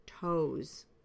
toes